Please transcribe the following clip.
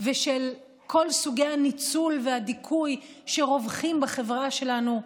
ושל כל סוגי הניצול והדיכוי שרווחים בחברה שלנו,